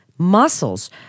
muscles